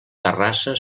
terrassa